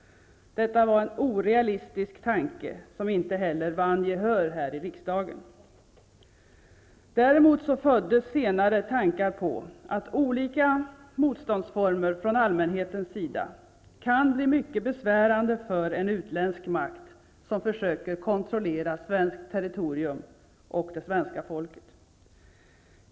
Detta var en orealistisk tanke, som inte heller vann gehör i riksdagen. Däremot föddes senare tankar på att olika motståndsformer från allmänhetens sida kan bli mycket besvärande för en utländsk makt som försöker kontrollera svenskt territorium och svenska folket.